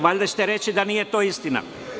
Valjda ćete reći da nije to istina?